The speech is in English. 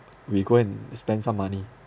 we go and spend some money